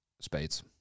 Spades